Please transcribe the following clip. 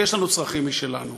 יש לנו צרכים משלנו.